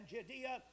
Judea